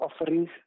offerings